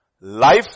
life